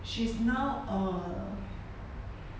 she's now uh